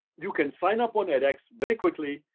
you can sign up on edx very quickly,